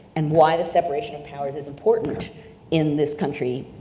and why the separation of powers is important in this country,